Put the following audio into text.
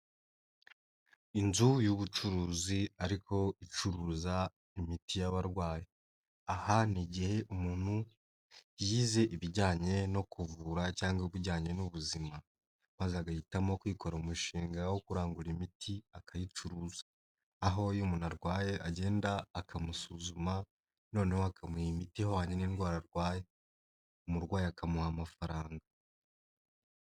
Inzu y'ubucuruzi ariko icuruza imiti y'abarwayi aha ni igihe umuntu yize ibijyanye no kuvura cyangwa ibijyanye n'ubuzima maze agahitamo kwikorera umushinga wo kurangura imiti akayicuruza, aho iyo umuntu arwaye agenda akamusuzuma noneho akamuha imiti ihwanye n'indwara arwaye, umurwayi akamuha amafaranga.